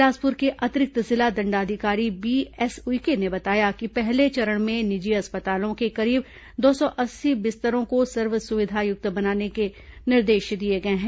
बिलासपुर को अतिरिक्त जिला दंडाधिकारी बीएस उइके ने बताया कि पहले चरण में निजी अस्पतालों के करीब दो सौ अस्सी बिस्तरों को सर्व सुविधायुक्त बनाने के निर्देश दिए गए हैं